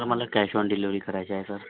sir मला cash on delivery करायचं आहे सर